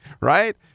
right